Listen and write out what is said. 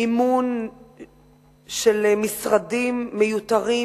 מימון של משרדים מיותרים,